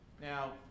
Now